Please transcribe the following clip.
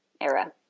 era